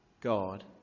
God